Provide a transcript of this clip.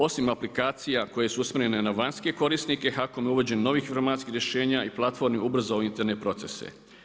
Osim aplikacija koje su usmjerene na vanjske korisnike HAKOM je uvođenjem novih informacijskih rješenja i platformi ubrzao internet procese.